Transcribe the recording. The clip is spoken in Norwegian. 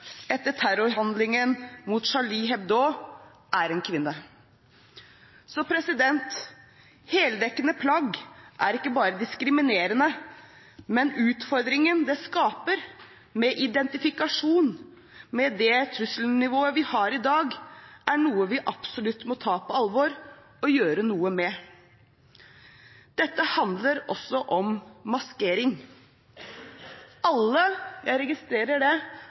etter terrorhandlingen mot Charlie Hebdo er en kvinne. Så heldekkende plagg er ikke bare diskriminerende. Utfordringen det skaper med identifikasjon – med det trusselnivået vi har i dag – er noe vi absolutt må ta på alvor og gjøre noe med. Dette handler også om maskering. Jeg registrerer